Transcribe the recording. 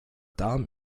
darm